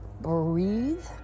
Breathe